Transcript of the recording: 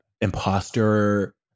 imposter